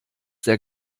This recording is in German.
der